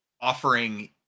offering